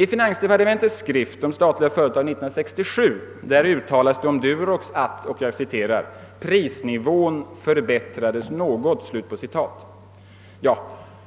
I finansdepartementets skrift om statliga företag 1967 uttalas om Durox att »prisnivån förbättrades något».